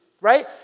right